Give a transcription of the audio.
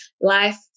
life